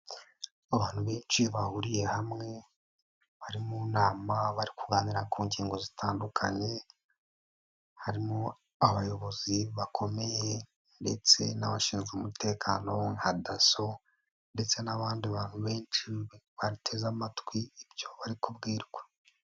Abantu benshi bahuriye hamwe, bari mu nama, bari kuganira ku ngingo zitandukanye, harimo abayobozi bakomeye ndetse n'abashinzwe umutekano nka DASSO ndetse n'abandi bantu benshi, bateze amatwi ibyo bari kubwirwa.